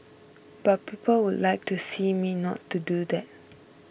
but people would like to see me not to do that